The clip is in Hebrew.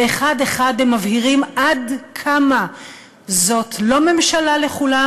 ואחד-אחד הם מבהירים עד כמה זאת לא ממשלה לכולם,